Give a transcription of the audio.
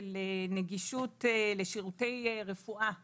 של נגישות לשירותי רפואה בחירום.